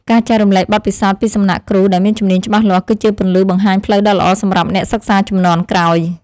ការចែករំលែកបទពិសោធន៍ពីសំណាក់គ្រូដែលមានជំនាញច្បាស់លាស់ គឺជាពន្លឺបង្ហាញផ្លូវដ៏ល្អសម្រាប់អ្នកសិក្សាជំនាន់ក្រោយ។